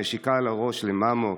נשיקה על הראש למאמו,